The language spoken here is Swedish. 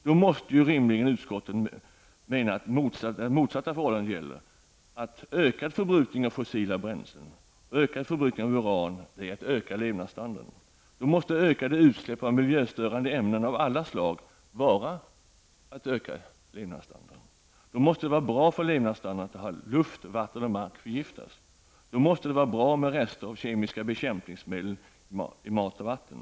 Då måste utskottet rimligen mena att det motsatta förhållandet gäller, dvs. att ökad förbrukning av fossila bränslen och av uran innebär en höjning av levnadsstandarden. Då måste ökade utsläpp av miljöstörande ämnen av alla slag innebära en höjning av levnadsstandarden. Då måste det vara bra för levnadsstandarden att luft, vatten och mark förgiftas. Då måste det vara bra med rester av kemiska bekämpningsmedel i mat och vatten.